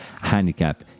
handicap